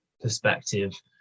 perspective